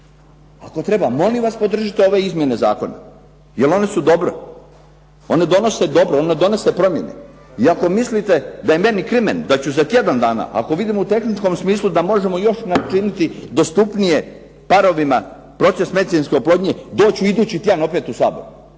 ako treba molim vas podržite ove izmjene zakona, jer one su dobre. One donose dobro, one donose promjene. I ako mislite da je meni krimen, da ću za tjedan dana ako vidim u tehničkom smislu da možemo još načiniti dostupnije parovima proces medicinske oplodnje doći ću idući tjedan opet u Sabor.